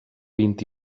vint